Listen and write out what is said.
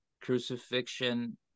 Crucifixion